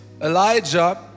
Elijah